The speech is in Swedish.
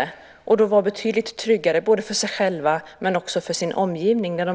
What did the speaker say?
När de väl släpps ut igen är de betydligt tryggare både för sig själva och för sin omgivning. Det